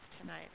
tonight